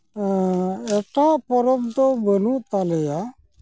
ᱮᱴᱟᱜ ᱯᱚᱨᱚᱵᱽ ᱫᱚ ᱵᱟᱹᱱᱩᱜ ᱛᱟᱞᱮᱭᱟ